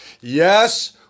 Yes